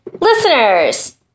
Listeners